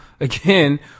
Again